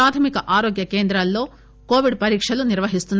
ప్రాధమిక ఆరోగ్య కేంద్రాలలో కోవిడ్ పరీక్షలు నిర్వహిస్తున్నారు